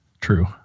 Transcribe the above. true